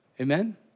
amen